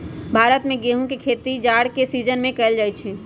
भारत में गेहूम के खेती जाड़ के सिजिन में कएल जाइ छइ